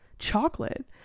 chocolate